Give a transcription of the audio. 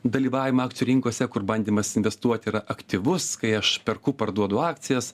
dalyvavimą akcijų rinkose kur bandymas investuoti yra aktyvus kai aš perku parduodu akcijas